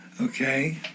okay